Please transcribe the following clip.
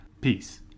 Peace